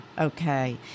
okay